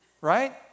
right